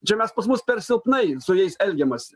čia mes pas mus per silpnai su jais elgiamasi